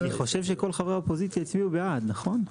אני חושב שכל חברי האופוזיציה הצביעו בעד נכון?